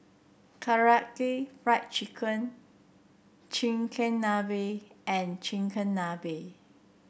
Karaage Fried Chicken Chigenabe and Chigenabe